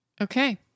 Okay